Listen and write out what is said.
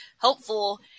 helpful